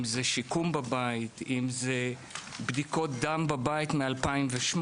אם זה שיקום בבית, בדיקות דם בבית מ-2008.